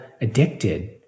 addicted